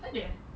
ada eh